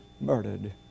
murdered